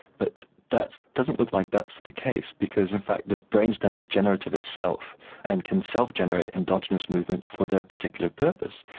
but that doesn't look like that's the case because in fact this brainstem is generative itself and can self-generate endogenous movements for their particular purpose.